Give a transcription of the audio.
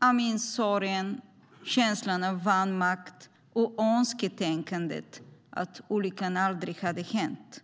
Jag minns sorgen, känslan av vanmakt och önsketänkandet att olyckan aldrig hade hänt.